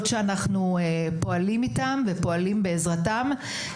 שאנחנו פועלים איתן ופועלים בעזרתן.